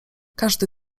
każdy